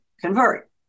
convert